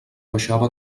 baixava